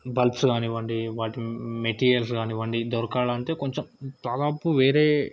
bulbs కానివ్వండి వాటి materials కానివ్వండి దొరకాలి అంటే కొంచెం దాదాపు వేరే